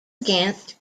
against